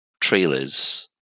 trailers